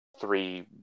three